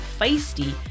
FEISTY